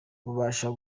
bubasha